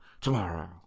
tomorrow